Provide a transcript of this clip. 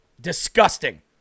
Disgusting